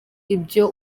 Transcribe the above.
ibyo